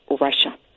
Russia